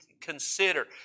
consider